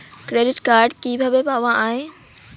Credit card কিভাবে পাওয়া য়ায়?